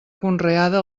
conreada